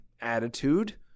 attitude